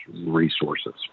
resources